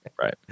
Right